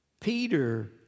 Peter